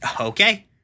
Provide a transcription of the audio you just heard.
Okay